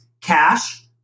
cash